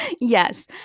Yes